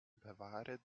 bewahre